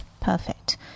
perfect